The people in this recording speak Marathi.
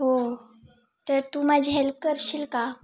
हो तर तू माझी हेल्प करशील का